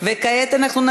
אחמד טיבי,